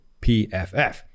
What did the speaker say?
PFF